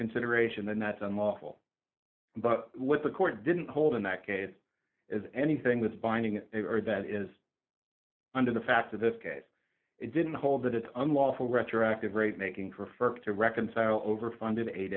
consideration then that's unlawful but what the court didn't hold in that case is anything was binding and that is under the facts of this case it didn't hold that it's unlawful retroactive rate making prefer to reconcile overfunded